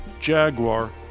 Jaguar